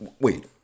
wait